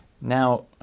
Now